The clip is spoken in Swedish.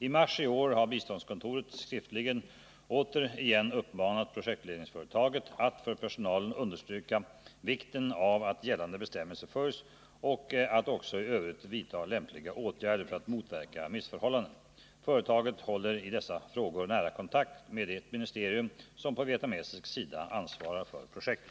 I mars i år har biståndskontoret skriftligen återigen uppmanat projektledningsföretaget att för projektpersonalen understryka vikten av att gällande bestämmelser följs och att också i övrigt vidta lämpliga åtgärder för att motverka missförhållanden. Projektledningsföretaget håller i dessa frågor nära kontakt med det ministerium som på vietnamesisk sida ansvarar för projektet.